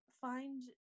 find